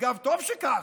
אגב, טוב שכך.